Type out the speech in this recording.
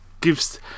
gives